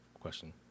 Question